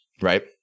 Right